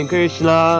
Krishna